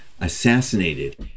assassinated